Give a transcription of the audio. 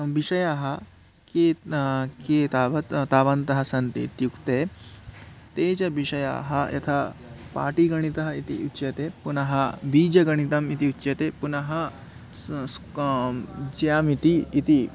विषयाः किं किं तावत् तावन्तः सन्ति इत्युक्ते ते च विषयाः यथा पाठीगणितः इति उच्यते पुनः बीजगणितम् इति उच्यते पुनः स् स्कां ज्याम् इति इति